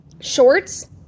shorts